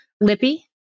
Lippy